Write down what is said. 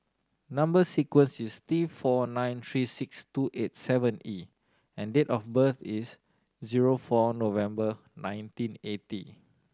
number sequence is T four nine three six two eight seven E and date of birth is zero four November nineteen eighty